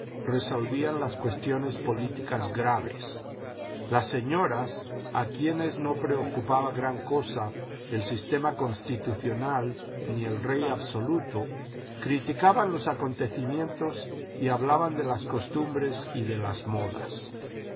resolvían las cuestiones políticas graves las señoras a quienes no preocupaba gran cosa el sistema constitucional ni el rey absoluto criticaban los acontecimientos y hablaban de las costumbres y de las modas las